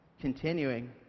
Continuing